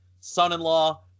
Son-in-Law